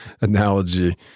analogy